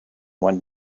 one